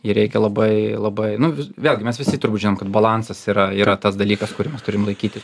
jį reikia labai labai nu vėlgi mes visi turbūt žinom kad balansas yra yra tas dalykas kurį mes turime laikyti